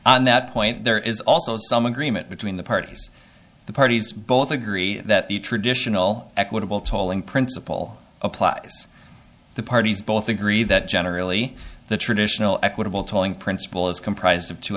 on that point there is also some agreement between the parties the parties both agree that the traditional equitable tolling principle applies the parties both agree that generally the traditional equitable tolling principle is comprised of two